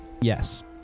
Yes